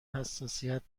حساسیت